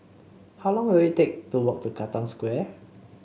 how long will it take to walk to Katong Square